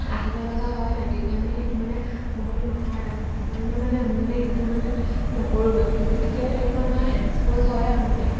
আহিব লগা হয় নাই তেতিয়া মানে সেইটো মানে বহুতো নহয় আৰু সেইটো কাৰণে মানে আমি মানে সেইটো মানে নকৰোঁ মানে গতিকে এইটো আমাৰ এক্সপ'জ হয় আৰু মানে